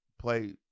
play